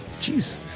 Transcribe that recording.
Jeez